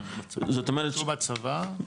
כן, שהוא בצבא.